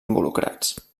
involucrats